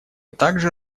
также